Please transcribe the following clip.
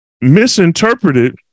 misinterpreted